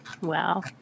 wow